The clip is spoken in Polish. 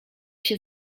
się